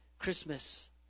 Christmas